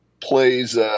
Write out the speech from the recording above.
plays